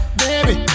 baby